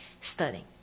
studying